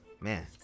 Man